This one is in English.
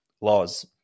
laws